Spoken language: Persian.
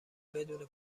بدون